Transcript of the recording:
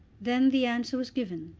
then the answer was given,